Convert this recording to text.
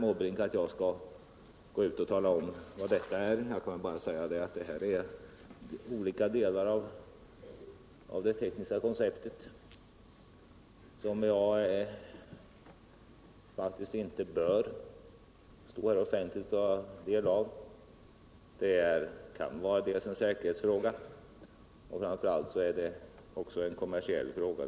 Jag vill bara säga att det gäller olika delar av den tekniska planeringen, som jag faktiskt inte offentligt bör redovisa. Det kan vara dels en säkerhetsfråga, dels och framför allt en kommersiell fråga.